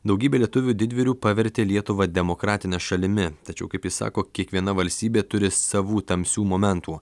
daugybė lietuvių didvyrių pavertė lietuvą demokratine šalimi tačiau kaip ji sako kiekviena valstybė turi savų tamsių momentų